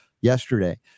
yesterday